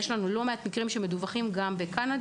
יש לא מעט מקרים שמדווחים גם בקנדה